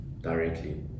directly